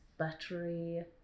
Buttery